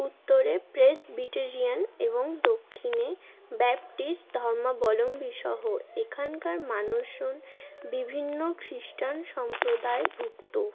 উত্তরে প্রেসবিটেরিয়ান এবং দক্ষিণে ব্যাপটিস্ট ধর্মাবলম্বীসহ এখানকার মানুষজন বিভিন্ন খ্রীষ্টান সম্প্রদায়ভুক্ত